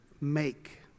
make